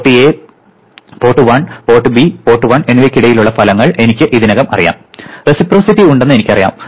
port A port 1 port B port 1 എന്നിവയ്ക്കിടയിലുള്ള ഫലങ്ങൾ എനിക്ക് ഇതിനകം അറിയാം റെസിപ്രൊസിറ്റി ഉണ്ടെന്ന് എനിക്കറിയാം